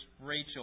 Rachel